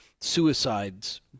suicides